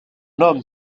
nomme